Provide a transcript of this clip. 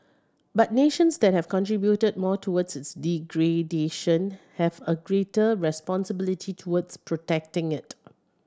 but nations that have contributed more towards its degradation have a greater responsibility towards protecting it